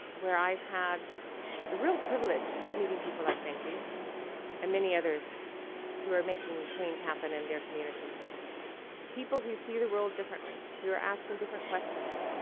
where i've had the real privilege of meeting people like benki and many others who are making change happen in their communities people who see the world differently, who are asking different questions,